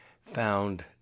found